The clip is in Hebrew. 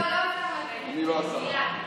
לא השר, גלעד.